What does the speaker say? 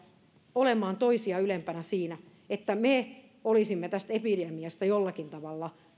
olemaan toisia ylempänä siinä että me olisimme tästä epidemiasta jollakin tavalla